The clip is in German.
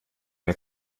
mir